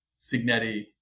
Signetti